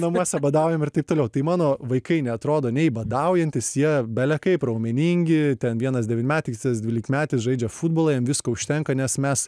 namuose badaujam ir taip toliau tai mano vaikai neatrodo nei badaujantys jie bele kaip raumeningi ten vienas devynmetis kitas dvylikmetis žaidžia futbolą jiem visko užtenka nes mes